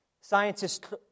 Scientists